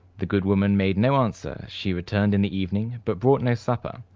the good woman made no answer she returned in the evening, but brought no supper.